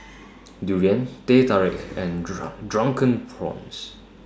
Durian Teh Tarik and Drunken Prawns